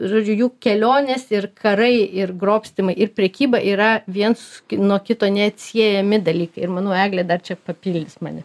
žodžiu jų kelionės ir karai ir grobstymai ir prekyba yra viens nuo kito neatsiejami dalykai ir manau eglė dar čia papildys mane